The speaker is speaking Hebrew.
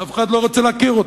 אף אחד לא רוצה להכיר אותם.